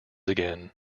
again